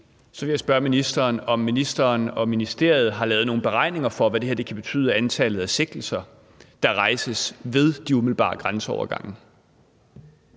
Så vil jeg spørge ministeren, om ministeren og ministeriet har lavet nogle beregninger over, hvad det her kan betyde for antallet af sigtelser, der rejses ved de umiddelbare grænseovergange?